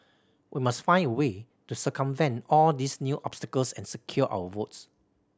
we must find a way to circumvent all these new obstacles and secure our votes